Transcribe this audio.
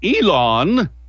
Elon